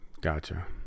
Gotcha